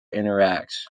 interacts